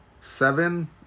Seven